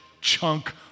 chunk